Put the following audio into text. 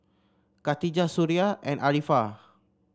Khatijah Suria and Arifa